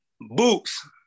Boots